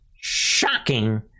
shocking